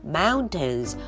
mountains